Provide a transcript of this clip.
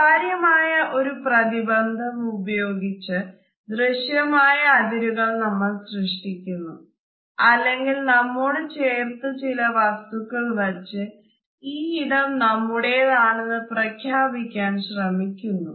സുതാര്യമായ ഒരു പ്രതിബന്ധം ഉപയോഗിച്ച് ദൃശ്യമായ അതിരുകൾ നമ്മൾ സൃഷ്ടിക്ക്കുന്നു അല്ലെങ്കിൽ നമ്മോട് ചേർത്ത് ചില വസ്തുക്കൾ വച്ച് ഈ ഇടം നമ്മുടേതാണെന്നു പ്രഖ്യാപിക്കാൻ ശ്രമിക്കുന്നു